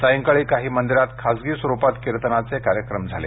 सायंकाळी काही मंदिरात खासगी स्वरूपात कीर्तनाचे कार्यक्रम झाले